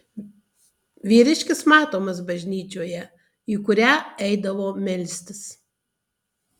vyriškis matomas bažnyčioje į kurią eidavo melstis